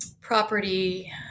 property